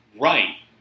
Right